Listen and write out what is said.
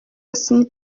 yasinye